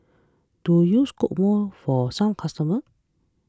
do you scoop more for some customers